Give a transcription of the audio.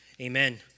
Amen